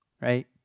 right